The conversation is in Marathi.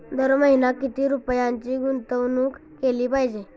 दर महिना किती रुपयांची गुंतवणूक केली पाहिजे?